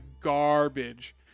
garbage